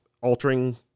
altering